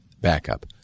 Backup